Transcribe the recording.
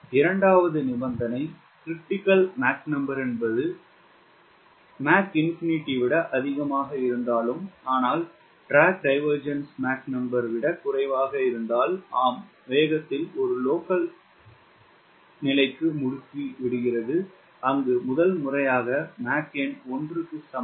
இரண்டாவது நிபந்தனை 𝑀CR என்பது M விட அதிகமாக இருந்தாலும் ஆனால் MDD விடக் குறைவாக இருந்தால் ஆம் வேகம் ஒரு லோக்கல் நிலைக்கு முடுக்கிவிடுகிறது அங்கு முதல் முறையாக மாக் எண் ஒன்றுக்கு சமம்